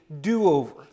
do-over